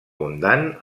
abundant